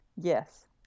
Yes